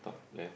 top left